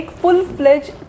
full-fledged